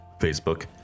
Facebook